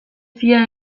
fia